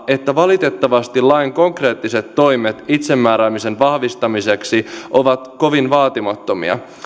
että valitettavasti lain konkreettiset toimet itsemääräämisen vahvistamiseksi ovat kovin vaatimattomia